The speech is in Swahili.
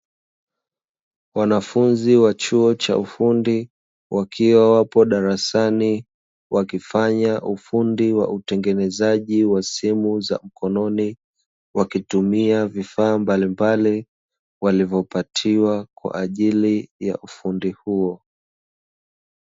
Wanafunzi wa chuo cha ufundi wakiwa wapo darasani, wakifanya ufundi wa utengenezaji wa simu za mkononi, wakitumia vifaa mbali mbali walivyopatiwa kwa ajili ya ufundi huo.